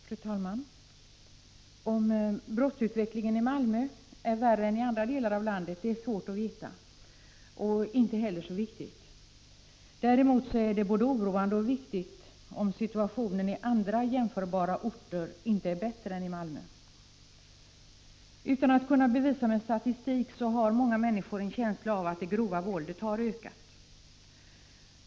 Fru talman! Om brottsutvecklingen är värre i Malmö än i andra delar av landet är svårt att veta. Men det är inte heller så viktigt. Däremot är det både oroande och viktigt att veta om situationen på andra jämförbara orter inte är bättre än den är i Malmö. Många människor har, utan att det statistiskt kan bevisas, en känsla av att det grova våldet har ökat.